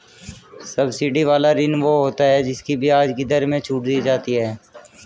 subsidy वाला ऋण वो होता है जिसकी ब्याज की दर में छूट दी जाती है